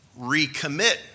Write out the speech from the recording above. recommit